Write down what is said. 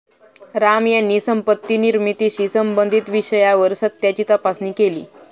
राम यांनी संपत्ती निर्मितीशी संबंधित विषयावर सत्याची तपासणी केली